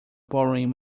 borrowing